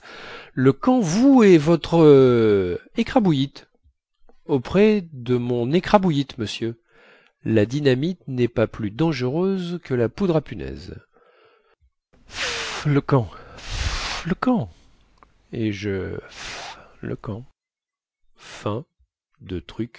le camp vous et votre écrabouillite auprès de mon écrabouillite monsieur la dynamite nest pas plus dangereuse que la poudre à punaises f le camp f le camp et je f le camp